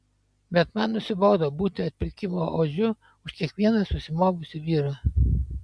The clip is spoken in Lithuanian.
bet man nusibodo būti atpirkimo ožiu už kiekvieną susimovusį vyrą